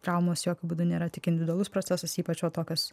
traumos jokiu būdu nėra tik individualus procesas ypač va tokios